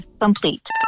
complete